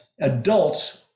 adults